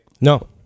no